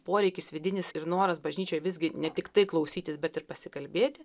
poreikis vidinis ir noras bažnyčioj visgi ne tiktai klausytis bet ir pasikalbėti